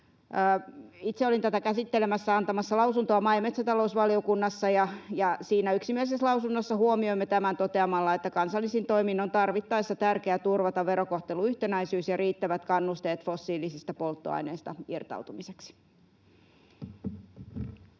Itse olin tätä käsittelemässä ja antamassa lausuntoa maa- ja metsätalousvaliokunnassa, ja siinä yksimielisessä lausunnossa huomioimme tämän toteamalla, että kansallisin toimin on tarvittaessa tärkeää turvata verokohtelun yhtenäisyys ja riittävät kannusteet fossiilisista polttoaineista irtautumiseksi.